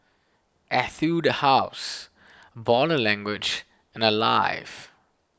Etude House Body Language and Alive